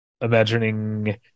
imagining